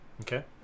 Okay